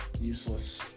Useless